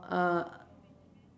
uh